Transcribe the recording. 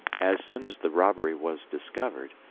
as soon as the robbery was discovered,